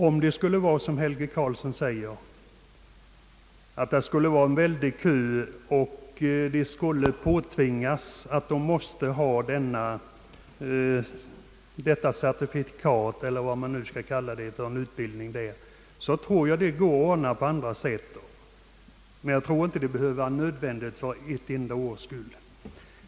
Om det skulle vara så som Helge Karlsson säger, nämligen att det står en lång kö och väntar på utbildning och att fiskarna är tvingade att skaffa sig denna kompetens, tror jag att problemet kan lösas på annat sätt. Det är inte nödvändigt att öka anslaget bara för ett enda års skull.